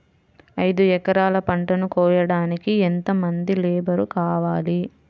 ఐదు ఎకరాల పంటను కోయడానికి యెంత మంది లేబరు కావాలి?